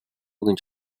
үгийн